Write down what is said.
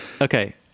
Okay